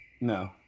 No